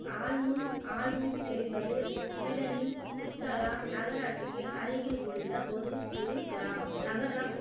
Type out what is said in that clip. Almunge Almunge என்பது ஸ்வீடனின் Uppsala நகராட்சிக்கு அருகில் உள்ள ஒரு சிறு கிரா நகரம்